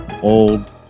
old